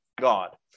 God